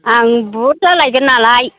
आं बुरजा लायगोन नालाय